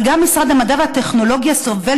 אבל גם משרד המדע והטכנולוגיה סובל